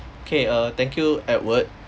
K err thank you edward